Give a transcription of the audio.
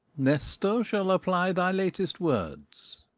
nestor shall apply thy latest words.